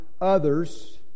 others